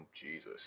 Jesus